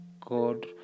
God